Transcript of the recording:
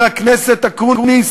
חבר הכנסת אקוניס,